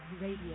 Radio